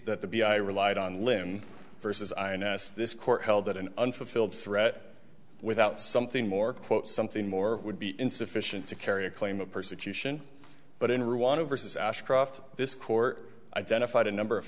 the b i relied on limb versus ins this court held that an unfulfilled threat without something more quote something more would be insufficient to carry a claim of persecution but in rwanda versus ashcroft this court identified a number of